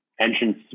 entrance